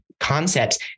Concepts